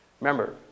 Remember